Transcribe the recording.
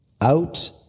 out